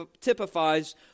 typifies